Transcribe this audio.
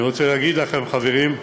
אני רוצה לומר לכם, חברים,